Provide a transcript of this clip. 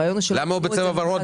למה הוא בצבע ורוד?